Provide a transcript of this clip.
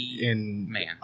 Man